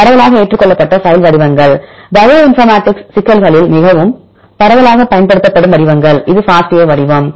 பரவலாக ஏற்றுக்கொள்ளப்பட்ட பைல் வடிவங்கள் பயோ இன்ஃபர்மேடிக்ஸ் சிக்கல்களில் மிகவும் பரவலாகப் பயன்படுத்தப்படும் வடிவங்கள் இது FASTA வடிவம்